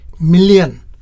million